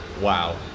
Wow